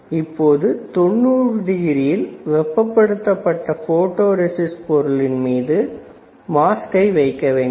நாம் இப்பொழுது 90 டிகிரியில் வெப்ப படுத்தப்பட்ட போட்டோ ரெஸிஸ்ட் பொருளின் மீது மாஸ்க்கை வைக்க வேண்டும்